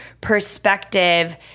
perspective